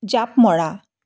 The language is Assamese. জাঁপ মৰা